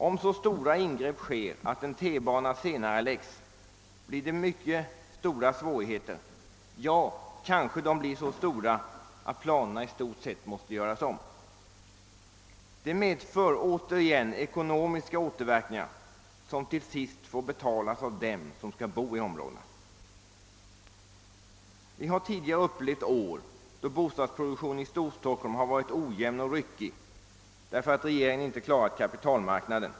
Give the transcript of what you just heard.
Om så stora ingrepp sker att en tunnelbana senareläggs uppstår mycket stora svårigheter — ja, de kanske blir så stora att planerna i stort sett måste göras om. Detta återigen medför ekonomiska återverkningar, som till sist drabbar dem som skall bo i området. Vi har tidigare upplevt år, då bostadsproduktionen i Storstockholm har varit ojämn och ryckig, därför att regeringen inte klarat kapitalmarknaden.